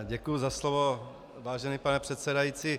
Děkuji za slovo, vážený pane předsedající.